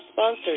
sponsored